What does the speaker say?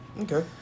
Okay